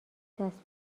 دست